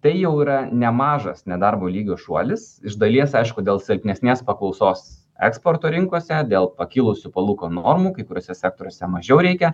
tai jau yra nemažas nedarbo lygio šuolis iš dalies aišku dėl silpnesnės paklausos eksporto rinkose dėl pakilusių palūkanų normų kai kuriuose sektoriuose mažiau reikia